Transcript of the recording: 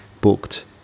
booked